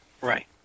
Right